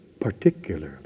particularly